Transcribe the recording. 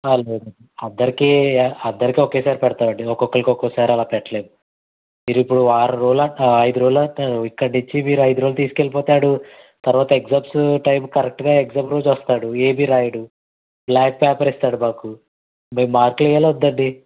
అందరికి అందరికీ ఒకేసారి పెడతామండి ఒక్కొక్కళ్ళకి ఒక్కోసారి అలాగ పెట్టలేను మీరు ఇప్పుడు వారం రోజులు అంటున్నారు ఐదు రోజులు అంటున్నారు ఇక్కడ నుంచి మీరు ఐదు రోజులు తీసుకెళ్ళిపోతే వాడు తరువాత ఎగ్జామ్స్ టైముకి కరెక్టుగా ఎగ్జామ్ రోజు వస్తాడు ఏమి రాయడు బ్లాంక్ పేపర్ ఇస్తాడు మాకు మేము మార్కులు వెయ్యాలా వద్దా అండి